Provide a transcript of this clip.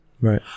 right